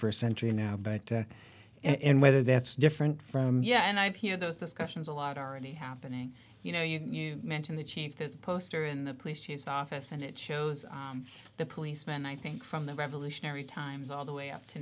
first century now but and whether that's different from yeah and i hear those discussions a lot already happening you know you mentioned the chief there's a poster in the police chief's office and it shows the policeman i think from the revolutionary times all the way up to